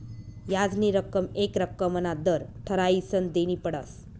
याजनी रक्कम येक रक्कमना दर ठरायीसन देनी पडस